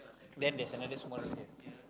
then there's another small